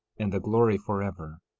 and the glory, forever.